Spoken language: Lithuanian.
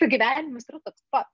gyvenimas yra toks pats